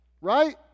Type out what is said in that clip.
right